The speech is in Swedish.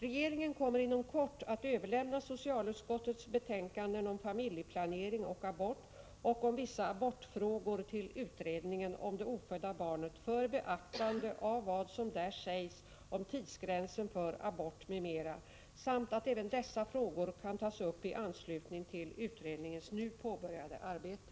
Regeringen kommer inom kort att överlämna socialutskottets betänkanden om vissa abortfrågor till utredningen om det ofödda barnet för beaktande av vad som där sägs om tidsgränsen för abort m.m., så att även dessa frågor kan tas uppi anslutning till utredningens nu påbörjade arbete.